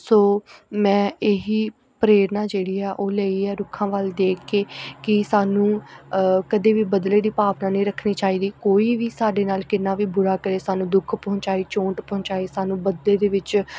ਸੋ ਮੈਂ ਇਹੀ ਪ੍ਰੇਰਨਾ ਜਿਹੜੀ ਆ ਉਹ ਲਈ ਆ ਰੁੱਖਾਂ ਵੱਲ ਦੇਖ ਕੇ ਕਿ ਸਾਨੂੰ ਕਦੇ ਵੀ ਬਦਲੇ ਦੀ ਭਾਵਨਾ ਨਹੀਂ ਰੱਖਣੀ ਚਾਹੀਦੀ ਕੋਈ ਵੀ ਸਾਡੇ ਨਾਲ ਕਿੰਨਾ ਵੀ ਬੁਰਾ ਕਰੇ ਸਾਨੂੰ ਦੁੱਖ ਪਹੁੰਚਾਏ ਚੋਟ ਪਹੁੰਚਾਏ ਸਾਨੂੰ ਬਦਲੇ ਦੇ ਵਿੱਚ